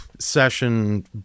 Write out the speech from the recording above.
session